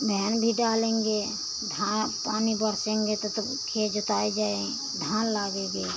बहन भी डालेंगे धान पानी बरसेंगे तो तब ऊ खेत जोताई जाए धान लागेंगे